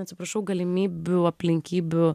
atsiprašau galimybių aplinkybių